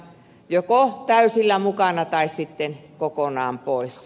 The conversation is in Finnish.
joko täysillä mukana tai sitten kokonaan pois